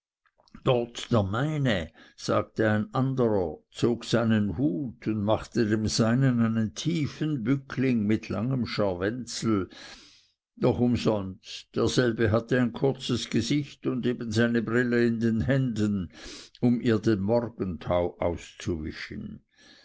meine sagte ein anderer zog seinen hut und machte dem seinen einen tiefen bückling mit langem scharwenzel doch umsonst derselbe hatte ein kurzes gesicht und eben seine brille in den händen um ihr den morgentau auszuwischen